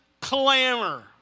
clamor